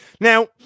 Now